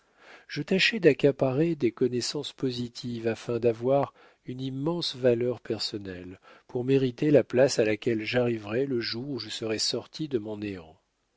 je tâchais d'accaparer des connaissances positives afin d'avoir une immense valeur personnelle pour mériter la place à laquelle j'arriverais le jour où je serais sorti de mon néant